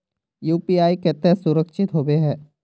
UPI केते सुरक्षित होबे है?